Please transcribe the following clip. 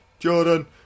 Jordan